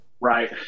Right